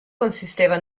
consisteva